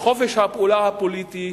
וחופש הפעולה הפוליטי,